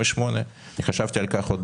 2.48. חשבתי על כך עוד